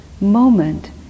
moment